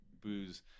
booze